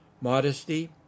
modesty